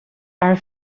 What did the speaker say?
are